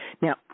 now